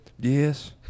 Yes